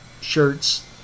shirts